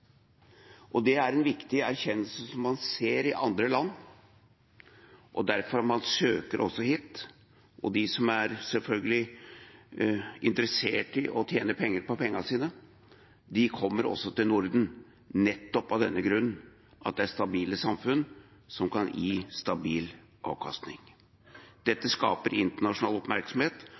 forholdene. Det er en viktig erkjennelse man kommer til i andre land, og derfor søker man seg også hit. De som selvfølgelig er interesserte i å tjene penger på pengene sine, kommer også til Norden nettopp av denne grunnen: Det er stabile samfunn som kan gi stabil avkastning. Dette skaper internasjonal oppmerksomhet